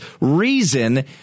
reason